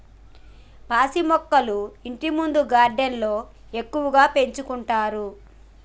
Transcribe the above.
pansy మొక్కలు ఇంటిముందు గార్డెన్లో ఎక్కువగా పెంచుకుంటారు